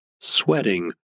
Sweating